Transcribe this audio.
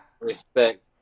respect